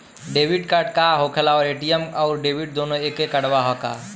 Debit card का होखेला और ए.टी.एम आउर डेबिट दुनों एके कार्डवा ह का?